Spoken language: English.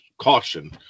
caution